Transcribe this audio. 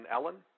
Ellen